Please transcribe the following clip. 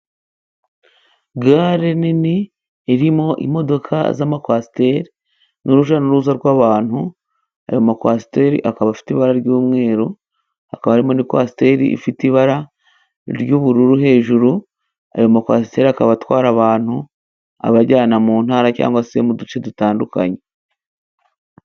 Gare nini irimo imodoka z'amakwasiteri，n'urujya n’uruza rw'abantu， ayo makwasiteri akaba afite ibara ry'umweru， akaba arimo n’ikwasiteri ifite ibara ry'ubururu hejuru，ayo makwasiteri akaba atwara abantu abajyana mu ntara，cyangwa se mu duce dutandukanye.